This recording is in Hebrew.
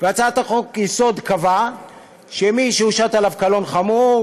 והצעת חוק-היסוד קבעה שמי שהושת עליו קלון חמור